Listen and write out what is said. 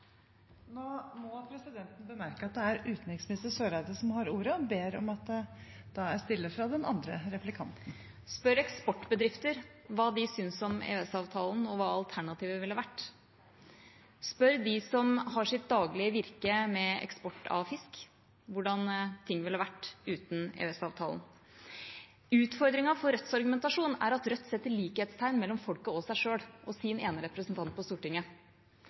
Nå må presidenten bemerke at det er utenriksminister Eriksen Søreide som har ordet. Presidenten ber om at det da er stille fra den andre replikanten. Spør eksportbedrifter hva de syns om EØS-avtalen, og hva alternativet ville vært. Spør dem som har sitt daglige virke innen eksport av fisk hvordan ting ville vært uten EØS-avtalen. Utfordringen med Rødts argumentasjon er at Rødt setter likhetstegn mellom folket og seg selv og sin ene representant på Stortinget.